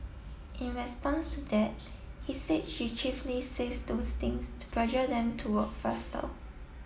in response to that he said she chiefly says those things to pressure them to work faster